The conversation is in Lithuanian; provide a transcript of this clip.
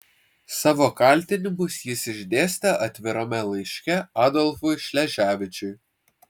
savo kaltinimus jis išdėstė atvirame laiške adolfui šleževičiui